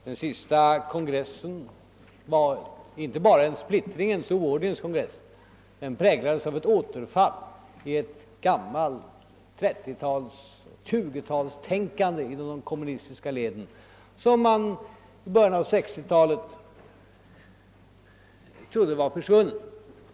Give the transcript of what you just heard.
Den senaste kongressen var inte bara en splittringens och oordningens kongress utan präglades också av ett återfall till ett gammalt 1930-talsoch 1920-talstänkande inom de kommunistiska leden som man i början av 1960-talet trodde var försvunnet.